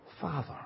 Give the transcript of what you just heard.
father